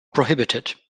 prohibited